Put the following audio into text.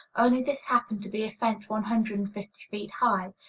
only this happened to be a fence one hundred and fifty feet high.